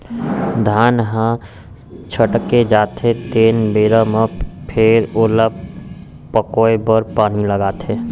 धान ह छटक जाथे तेन बेरा म फेर ओला पकोए बर पानी लागथे